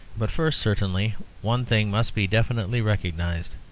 but first certainly one thing must be definitely recognised.